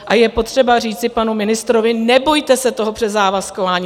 A je potřeba říci panu ministrovi, nebojte se toho přezávazkování.